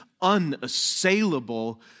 unassailable